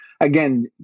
Again